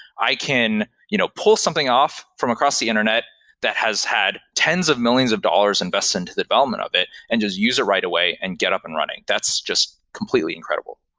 i can you know pull something off from across the internet that has had tens of millions of dollars invested into the development of it and just use it right away and get up and running. that's just completely incredible.